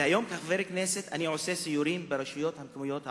והיום כחבר כנסת אני עושה סיורים ברשויות המקומיות הערביות.